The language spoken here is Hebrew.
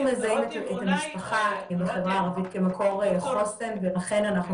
אנחנו מזהים את המשפחה כמקור חוסן ולכן אנחנו